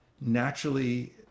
naturally